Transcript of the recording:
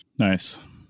Nice